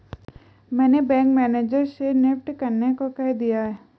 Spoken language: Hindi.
मैंने बैंक मैनेजर से नेफ्ट करने को कह दिया है